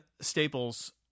Staples